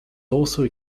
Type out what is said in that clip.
also